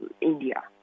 India